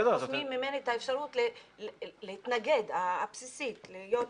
לוקחים ממני את האפשרות הבסיסית להתנגד,